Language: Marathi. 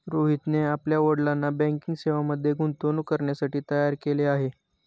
रोहितने आपल्या वडिलांना बँकिंग सेवांमध्ये गुंतवणूक करण्यासाठी तयार केले आहे